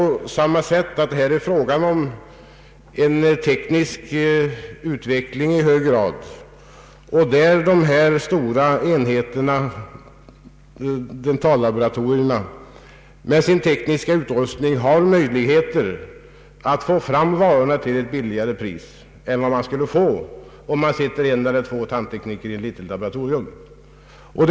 Det är ju här på samma sätt: det är i hög grad fråga om en teknisk utveckling, och de stora dentallaboratorierna har med sin tekniska utrustning möjligheter att få fram varorna till ett lägre pris än vad som skulle bli fallet om man utnyttjade ett litet laboratorium med en eller två tandtekniker.